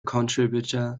contributor